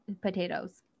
potatoes